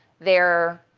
they're